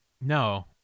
No